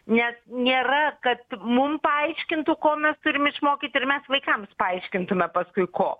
nes nėra kad mum paaiškintų ko mes turim išmokyt ir mes vaikams paaiškintume paskui ko